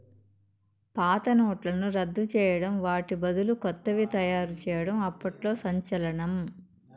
పాత నోట్లను రద్దు చేయడం వాటి బదులు కొత్తవి తయారు చేయడం అప్పట్లో సంచలనం